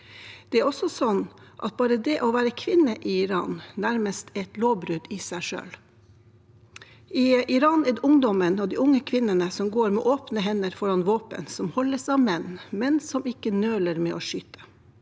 Det er også sånn at bare det å være kvinne i Iran nærmest er et lovbrudd i seg selv. I Iran er det ungdommene og de unge kvinnene som går med åpne hender foran våpen som holdes av menn, menn som ikke nøler med å skyte.